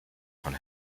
von